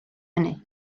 hynny